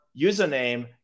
username